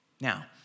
Now